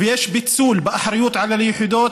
ויש פיצול באחריות על היחידות,